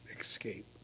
escape